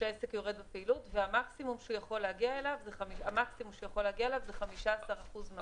כשעסק יורד בפעילות והמקסימום שהוא יכול להגיע אליו זה 15% מהמחזור.